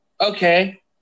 Okay